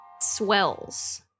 swells